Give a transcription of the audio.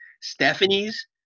Stephanie's